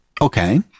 Okay